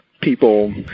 people